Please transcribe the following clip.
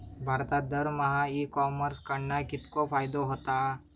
भारतात दरमहा e commerce कडणा कितको फायदो होता?